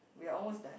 we're almost done